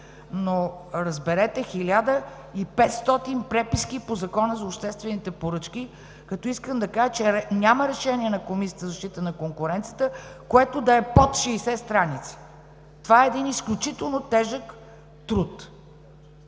но, разберете, 1500 преписки по Закона за обществените поръчки, като искам да кажа, че няма решение на Комисията за защита на конкуренцията, което да е под 60 страници. Това е изключително тежък труд.